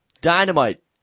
Dynamite